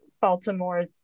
Baltimore